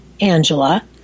Angela